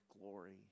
glory